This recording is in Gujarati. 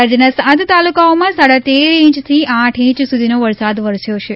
રાજ્યના સાત તાલુકાઓમાં સાડા તેર ઇંયથી આઠ ઈંચ સુધીનો વરસાદ વરસ્યો છે